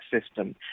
system